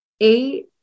eight